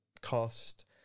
cost